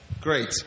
Great